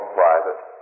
private